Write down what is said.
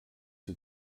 sie